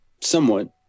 somewhat